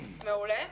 מעולה.